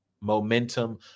momentum